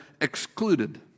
excluded